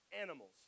animals